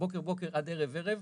בוקר בוקר עד ערב ערב.